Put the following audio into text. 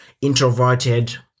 introverted